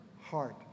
heart